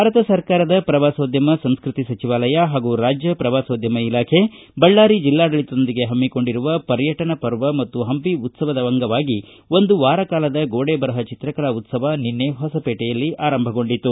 ಭಾರತ ಸರ್ಕಾರದ ಶ್ರವಾಸೋದ್ಯಮ ಸಂಸ್ಕೃತಿ ಸಚವಾಲಯ ಹಾಗೂ ರಾಜ್ಯ ಶ್ರವಾಸೋದ್ಯಮ ಇಲಾಖೆ ಬಳ್ಳಾರಿ ಜಿಲ್ಲಾಡಳಿತದೊಂದಿಗೆ ಹಮ್ಮಿಕೊಂಡಿರುವ ಪರ್ಯಟನ ಪರ್ವ ಮತ್ತು ಹಂಪಿ ಉತ್ಸವದ ಅಂಗವಾಗಿ ಒಂದು ವಾರ ಕಾಲದ ಗೋಡೆ ಬರಹ ಚಿತ್ರಕಲಾ ಉತ್ಸವ ನಿನ್ನೆ ಹೊಸಪೇಟೆಯಲ್ಲಿ ಆರಂಭಗೊಂಡಿತು